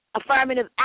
Affirmative